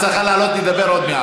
את צריכה לעלות לדבר עוד מעט.